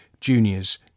juniors